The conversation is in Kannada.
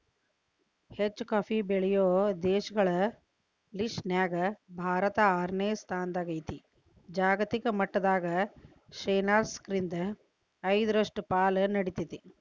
ಹೆಚ್ಚುಕಾಫಿ ಬೆಳೆಯೋ ದೇಶಗಳ ಲಿಸ್ಟನ್ಯಾಗ ಭಾರತ ಆರನೇ ಸ್ಥಾನದಾಗೇತಿ, ಜಾಗತಿಕ ಮಟ್ಟದಾಗ ಶೇನಾಲ್ಕ್ರಿಂದ ಐದರಷ್ಟು ಪಾಲು ನೇಡ್ತೇತಿ